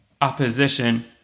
opposition